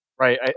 Right